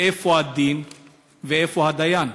איפה הדין ואיפה הדיין?